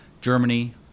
Germany